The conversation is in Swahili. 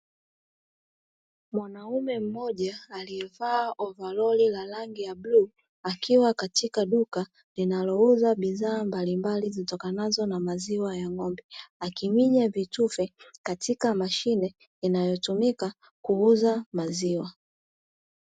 Mwanaume mmoja aliyevaa ovaroli la rangi ya bluu akiwa katika duka linalouza bidhaa mbalimbali zitokanazo na maziwa ya ng'ombe akiminya vitufe katika mashine inayotumika kuuza maziwa.